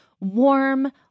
warm